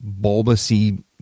bulbousy